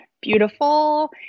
beautiful